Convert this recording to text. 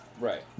Right